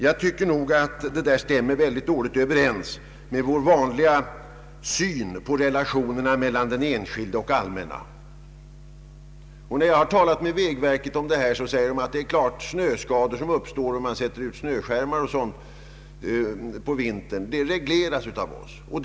Jag tycker nog att detta stämmer mycket dåligt överens med vår vanliga syn på förhållandet mellan den enskilde och det allmänna. När jag talat med vägverket om detta har man svarat att skador som förorsakas vintertid av snöskärmar och sådant regleras av verket.